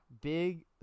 big